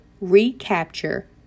recapture